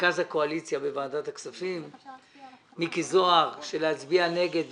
רכז הקואליציה בוועדת הכספים מיקי זוהר יצביע נגד וזהו.